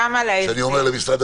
כדי שגם הם יהיו באותה